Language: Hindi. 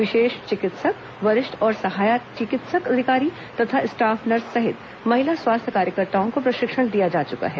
विशेषज्ञ चिकित्सक वरिष्ठ और सहायक चिकित्सा अधिकारी तथा स्टॉफ नर्स सहित महिला स्वास्थ्य कार्यकर्ताओ को प्रशिक्षण दिया जा चुका है